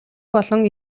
болон